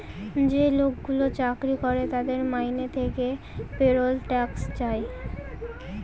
যে লোকগুলো চাকরি করে তাদের মাইনে থেকে পেরোল ট্যাক্স যায়